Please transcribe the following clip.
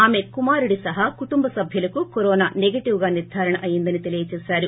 ఆమె కుమారుడి సహా కుటుంబసభ్యులకూ కరోనా సెగెటివ్ గా నిర్గారణ అయిందని తెలియజేశారు